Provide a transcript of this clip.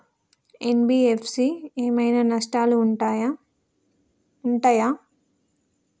NBFC ఏమైనా నష్టాలు ఉంటయా?